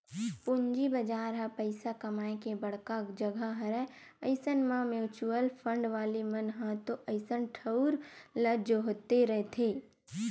पूंजी बजार ह पइसा कमाए के बड़का जघा हरय अइसन म म्युचुअल फंड वाले मन ह तो अइसन ठउर ल जोहते रहिथे